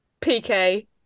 PK